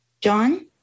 John